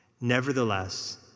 Nevertheless